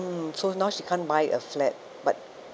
mm so now she can't buy a flat but